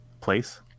place